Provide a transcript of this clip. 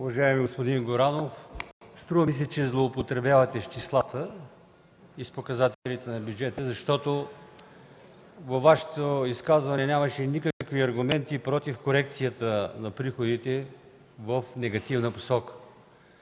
Уважаеми господин Горанов, струва ми се, че злоупотребявате с числата и с показателите на бюджета, защото във Вашето изказване нямаше никакви аргументи против корекцията на приходите в негативна посока.